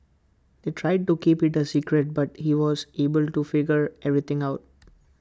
they tried to keep IT A secret but he was able to figure everything out